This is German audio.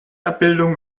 abbildung